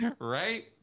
Right